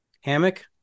hammock